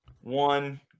one